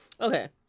Okay